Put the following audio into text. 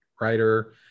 writer